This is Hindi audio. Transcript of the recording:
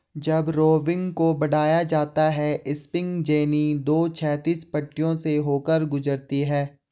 जब रोविंग को बढ़ाया जाता है स्पिनिंग जेनी दो क्षैतिज पट्टियों से होकर गुजरती है